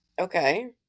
okay